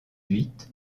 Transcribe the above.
huit